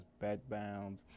bed-bound